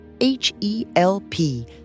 H-E-L-P